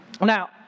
Now